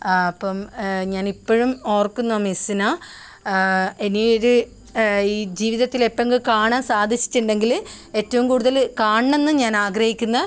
ആ അപ്പം ഞാൻ ഇപ്പോഴും ഓർക്കുന്നു മിസ്സിനെ ഇനി ഒരു ജീവിതത്തിൽ എപ്പോഴെങ്കിലും കാണാൻ സാധിച്ചിട്ടുണ്ടെങ്കിൽ ഏറ്റവും കൂടുതൽ കാണണമെന്ന് ഞാൻ ആഗ്രഹിക്കുന്ന